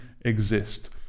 exist